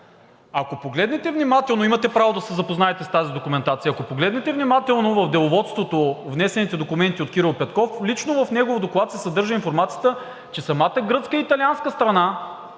Ако погледнете внимателно, имате право да се запознаете с тази документация, ако погледнете внимателно в Деловодството, внесените документи от Кирил Петков, лично в негов доклад се съдържа информацията, че самата гръцка и италианска страна,